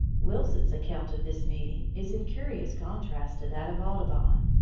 wilson's account of this meeting is in curious contrast to that of audubon.